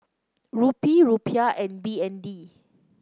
Rupee Rupiah and B N D